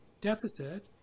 deficit